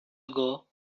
ago